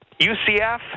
UCF